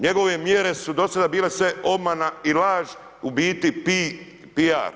Njegove mjere su do sada bile samo obmana i laž, u biti PR.